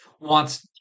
wants